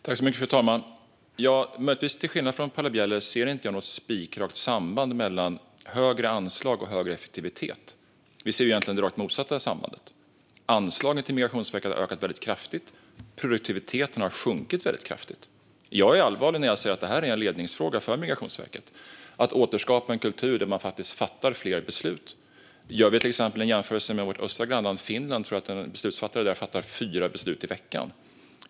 Fru talman! Till skillnad från Paula Bieler ser inte jag något spikrakt samband mellan högre anslag och högre effektivitet. Vi ser egentligen det rakt motsatta i samhället. Anslagen till Migrationsverket har ökat väldigt kraftigt. Produktiviteten har sjunkit väldigt kraftigt. Jag är allvarlig när jag säger att det här är en ledningsfråga för Migrationsverket. Man måste återskapa en kultur där man fattar fler beslut. Vi kan till exempel göra en jämförelse med vårt östra grannland Finland, där jag tror att en beslutsfattare fattar fyra beslut i veckan.